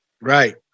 right